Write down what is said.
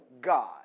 God